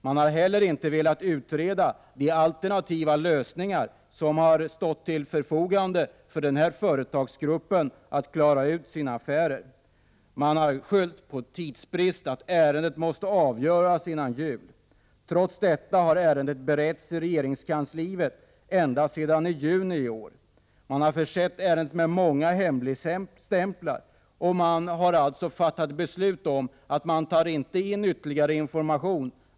Man har heller inte velat utreda de alternativa lösningar som har stått till förfogande för den här företagsgruppen för att klara ut sina affärer. Man har skyllt på tidsbrist — att ärendet måste avgöras före jul. Trots detta har ärendet beretts i regeringskansliet ända sedan juni i år. Man har försett ärendet med många hemligstämplar, och man har alltså fattat beslut om att man inte skall tainytterligare information.